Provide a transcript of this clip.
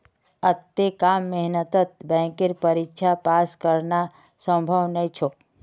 अत्ते कम मेहनतत बैंकेर परीक्षा पास करना संभव नई छोक